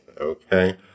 Okay